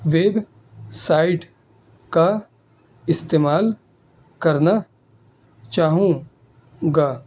web site کا استعمال کرنا چاہوں گا